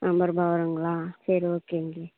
ஐம்பது ரூவா வருங்களா சரி ஓகேங்க